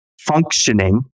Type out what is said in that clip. functioning